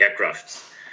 aircrafts